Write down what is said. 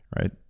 right